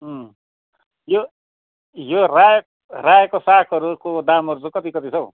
यो यो रायो रायोको सागहरूको दामहरू चाहिँ कति कति छ हौ